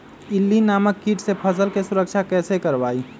इल्ली नामक किट से फसल के सुरक्षा कैसे करवाईं?